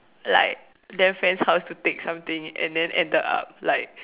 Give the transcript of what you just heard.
like Dan friend's house to take something and then ended up like